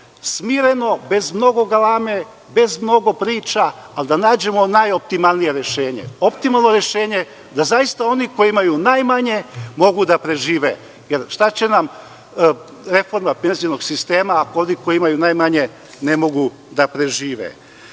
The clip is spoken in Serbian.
smireno bez mnogo galame, bez mnogo priča, ali da nađemo najoptimalnije rešenje. Optimalno rešenje da zaista oni koji imaju najmanje mogu da prežive, jer šta će nam reforma penzionog sistema ako oni koji imaju najmanje ne mogu da prežive. Želeo